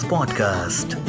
Podcast